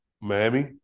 Miami